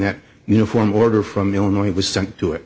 that uniform order from illinois was sent to it